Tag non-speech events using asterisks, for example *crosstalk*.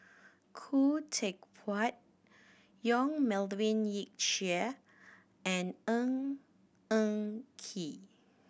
Khoo Teck Puat Yong *unintelligible* Yik Chye and Ng Eng Kee